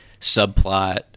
subplot